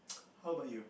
how about you